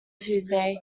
tuesday